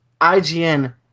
IGN